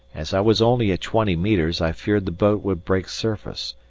as i was only at twenty metres i feared the boat would break surface,